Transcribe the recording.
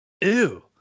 Ew